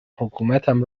حکومتم